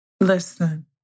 Listen